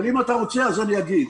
אבל אם אתה רוצה, אני אגיד.